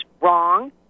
wrong